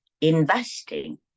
investing